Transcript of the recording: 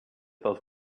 those